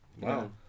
Wow